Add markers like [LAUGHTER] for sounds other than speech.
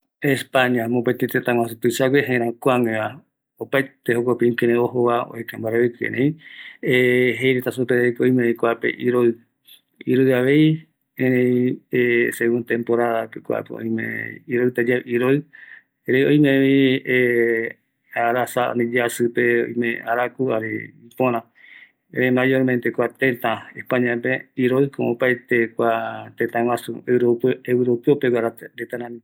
España mopëtï tëtä guaju tuisa gueva, opaete jokope ikïrei ojova oeka mbaraviki, erei [HESITATION] jeireta supeva oimevi kuape iroïavei, etrei [HESITATION] segun temporada kuape, oimee, iroïtaq yave iroï, oimevi [HESITATION] arasa yasïpe araku jare ipöra, erei mayormente kua tëtäpe España como opaete kua tëtä huaju europeo pegua reta rami.